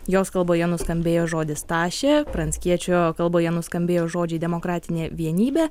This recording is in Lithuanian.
jos kalboje nuskambėjo žodis tašė pranckiečio kalboje nuskambėjo žodžiai demokratinė vienybė